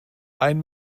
ein